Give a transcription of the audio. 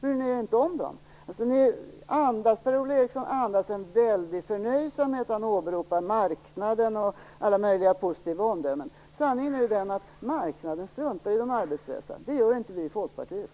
Bryr ni er inte om dem? Per-Ola Eriksson andas en väldig belåtenhet. Han åberopar marknaden och alla möjliga positiva omdömen. Sanningen är dock att marknaden struntar i de arbetslösa. Det gör inte vi i Folkpartiet.